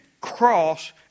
cross